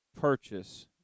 purchase